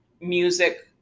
music